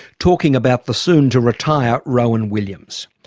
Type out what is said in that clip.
talking about the soon-to-retire rowan williams.